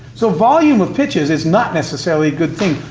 so volume of pitches is not necessarily a good thing,